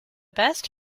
best